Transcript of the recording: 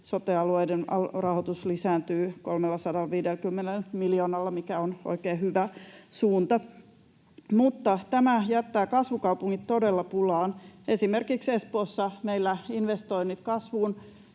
sote-alueiden rahoitus lisääntyy 350 miljoonalla, mikä on oikein hyvä suunta. Mutta tämä jättää kasvukaupungit todella pulaan. Esimerkiksi Espoossa meillä investoinnit kasvuun